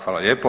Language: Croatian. Hvala lijepo.